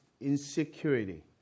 insecurity